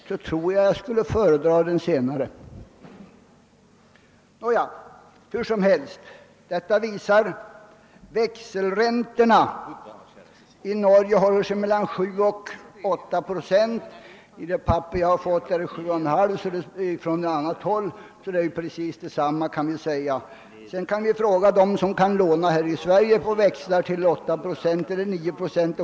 Siffersammanställningen från finansministern visar under alla förhållanden att växelräntorna i Norge ligger mellan 7 och 8 procent. Den sammanställning jag fått från upplysningstjänsten lämnar en liknande uppgift, nämligen 7,3 procent. Här i Sverige får de som lånar mot växel betala 9 eller t.o.m. 10 procent.